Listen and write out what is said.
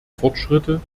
fortschritte